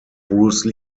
bruce